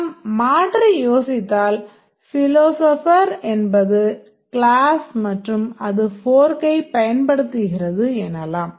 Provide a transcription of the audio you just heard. நாம் மாற்றி யோசித்தால்ஃபிலோசோபர் என்பது க்ளாஸ் மற்றும் அது ஃபோர்க்கைப் பயன்படுத்துகிறது எனலாம்